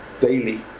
daily